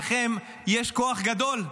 לכם יש כוח גדול.